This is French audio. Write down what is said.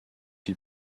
ils